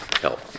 help